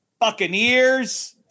Buccaneers